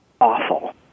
awful